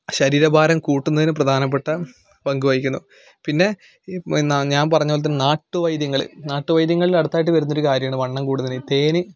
ശരീരഭാരം കൂട്ടുന്നതിന് പ്രധാനപ്പെട്ട പങ്ക് വഹിക്കുന്നു പിന്നെ ഈ ന ഞാൻ പറഞ്ഞത് പോലെ തന്നെ നാട്ടുവൈദ്യങ്ങൾ നാട്ടുവൈദ്യങ്ങളിൽ അടുത്തായിട്ട് വരുന്ന ഒരു കാര്യമാണ് വണ്ണം കൂടുന്നതിന് തേൻ